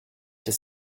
des